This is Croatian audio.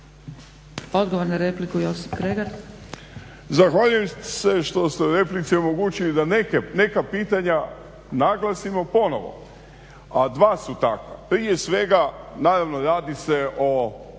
Kregar. **Kregar, Josip (Nezavisni)** Zahvaljujem se što ste u replici omogućili da neka pitanja naglasimo ponovo, a dva su takva. Prije svega, naravno radi se o